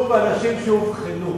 ואנשים שאובחנו.